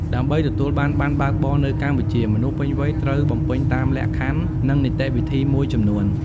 ដើម្បីទទួលបានប័ណ្ណបើកបរនៅកម្ពុជា មនុស្សពេញវ័យត្រូវបំពេញតាមលក្ខខណ្ឌ និងនីតិវិធីមួយចំនួន។